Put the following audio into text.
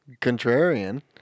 contrarian